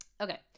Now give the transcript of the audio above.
Okay